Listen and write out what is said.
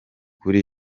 kuri